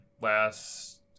last